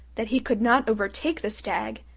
that he could not overtake the stag,